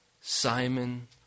Simon